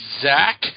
Zach